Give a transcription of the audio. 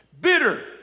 Bitter